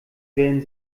werden